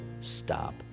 stop